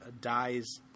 dies